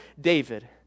David